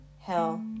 Hell